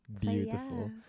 beautiful